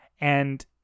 And-